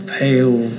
pale